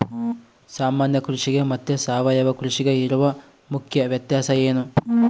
ಸಾಮಾನ್ಯ ಕೃಷಿಗೆ ಮತ್ತೆ ಸಾವಯವ ಕೃಷಿಗೆ ಇರುವ ಮುಖ್ಯ ವ್ಯತ್ಯಾಸ ಏನು?